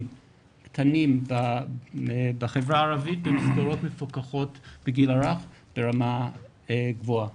קטנים בחברה הערבית במסגרות מפוקחות לגיל הרך ברמה גבוהה.